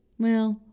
well,